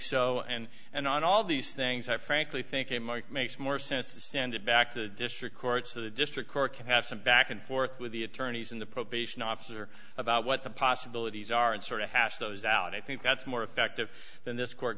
so and and on all these things i frankly think a mark makes more sense to send it back to district court so the district court can have some back and forth with the attorneys and the probation officer about what the possibilities are and sort of hash those out i think that's more effective than this court